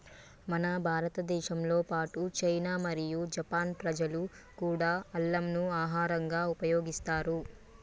మన భారతదేశంతో పాటు చైనా మరియు జపాన్ ప్రజలు కూడా అల్లంను ఆహరంగా ఉపయోగిస్తారు